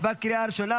בקריאה ראשונה.